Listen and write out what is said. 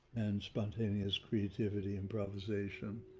and spontaneous creativity, improvisation,